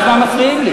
כל הזמן מפריעים לי.